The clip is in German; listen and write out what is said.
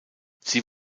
sie